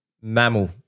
Mammal